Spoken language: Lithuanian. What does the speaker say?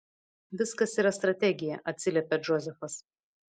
viskas yra strategija atsiliepia džozefas